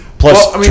Plus